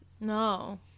No